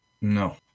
No